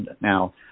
Now